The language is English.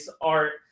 art